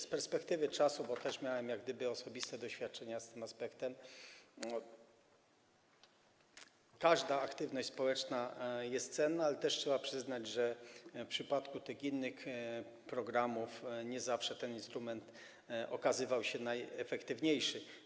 Z perspektywy czasu, bo miałem też osobiste doświadczenia z tym aspektem, każda aktywność społeczna jest cenna, ale też trzeba przyznać, że w przypadku tych innych programów nie zawsze ten instrument okazywał się najefektywniejszy.